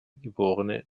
geborene